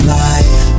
life